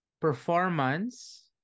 performance